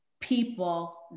people